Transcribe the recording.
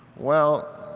well,